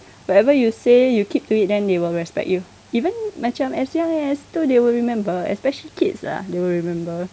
whatever you say you keep to it then they will respect you even macam as young as two they will remember especially kids ah they will remember